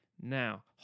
Now